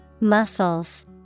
Muscles